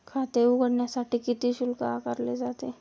खाते उघडण्यासाठी किती शुल्क आकारले जाते?